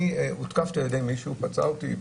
אני הותקפתי על ידי מישהו, הוא פצע אותי.